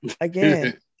Again